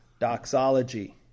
doxology